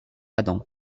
adam